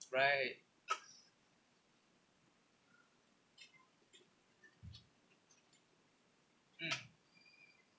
right mm